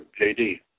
JD